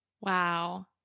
wow